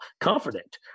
Confident